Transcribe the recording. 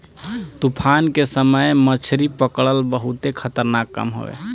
तूफान के समय मछरी पकड़ल बहुते खतरनाक काम हवे